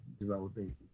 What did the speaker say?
developing